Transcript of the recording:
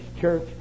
church